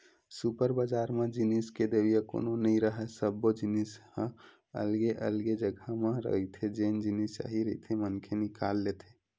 super बजार म जिनिस के देवइया कोनो नइ राहय, सब्बो जिनिस ह अलगे अलगे जघा म रहिथे जेन जिनिस चाही रहिथे मनखे निकाल लेथे